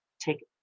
take